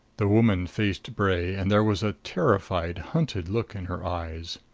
the woman faced bray and there was a terrified, hunted look in her eyes.